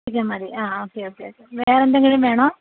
chicken മതി ആ okay okay okay വേറെ എന്തെങ്കിലും വേണോ